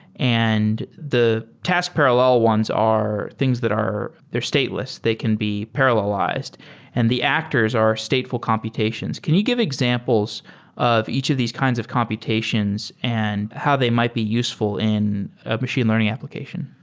and the task parallel ones are things that are they're stateless. they can be parallelized and the actors are stateful computations. can you give examples of each of these kinds of computations and how they might be useful in a machine learning application?